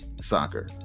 soccer